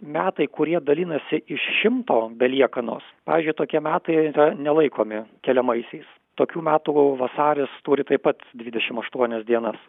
metai kurie dalinasi iš šimto be liekanos pavyzdžiui tokie metai yra nelaikomi keliamaisiais tokių metų vasaris turi taip pat dvidešim aštuonias dienas